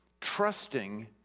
trusting